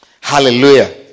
Hallelujah